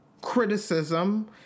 criticism